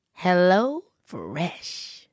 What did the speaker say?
HelloFresh